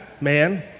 man